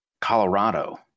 Colorado